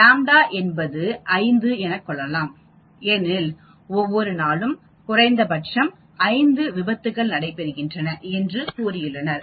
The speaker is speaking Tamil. ƛ என்பதை 5 என கொள்ளலாம் ஏனெனில் ஒவ்வொரு நாளும் குறைந்தபட்சம் 5 விபத்துக்கள் நடைபெறுகின்றன என்று கூறியுள்ளனர்